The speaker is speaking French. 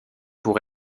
pour